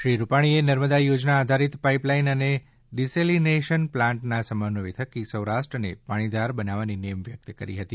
શ્રી રૂપાણીએ નર્મદા યોજના આધારિત પાઈપલાઈન અને ડિસેલીનેશન પ્લાન્ટના સમન્વય થકી સૌરાષ્ટ્રને પાણીધાર બનાવવાની નેમ વ્યક્ત કરી હતી